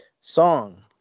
song